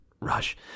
rush